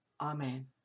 Amen